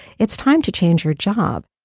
it's time to change your job.